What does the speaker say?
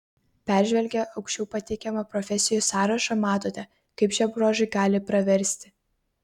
peržvelgę aukščiau pateikiamą profesijų sąrašą matote kaip šie bruožai gali praversti